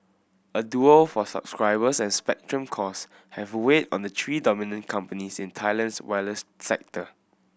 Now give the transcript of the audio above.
a duel for subscribers and spectrum cost have weighed on the three dominant companies in Thailand's wireless sector